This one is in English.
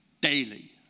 daily